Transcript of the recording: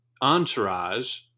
entourage